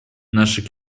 наше